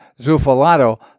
Zufalato